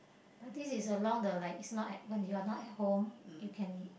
but this is along the like is not at when you are not at home you can